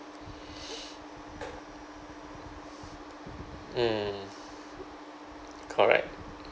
mm correct